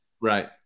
Right